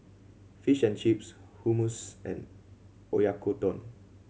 Fish and Chips Hummus and Oyakodon